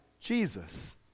Jesus